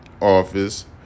Office